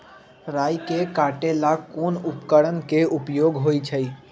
राई के काटे ला कोंन उपकरण के उपयोग होइ छई?